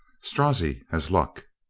strozzi has luck.